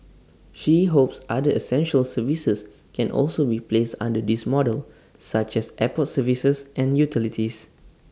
she hopes other essential services can also be placed under this model such as airport services and utilities